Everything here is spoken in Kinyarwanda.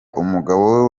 umugabo